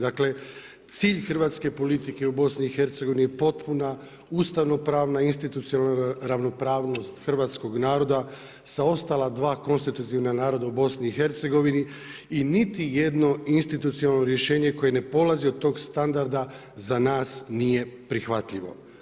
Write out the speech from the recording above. Dakle, cilj hrvatske politike u BIH, je potpuna ustavno pravno institucionalna ravnopravnost hrvatskog naroda sa ostala 2 konstitutivna naroda u BIH i niti jedno institucionalno rješenje koje ne polazi od tog standarda za nas nije prihvatljivo.